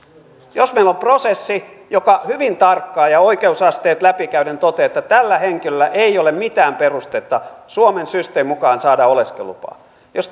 jos meillä on prosessi joka hyvin tarkkaan ja oikeusasteet läpi käyden toteaa että tällä henkilöllä ei ole mitään perustetta suomen systeemin mukaan saada oleskelulupaa ja jos